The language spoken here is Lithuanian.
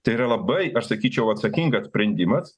tai yra labai aš sakyčiau atsakingas sprendimas